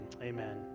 amen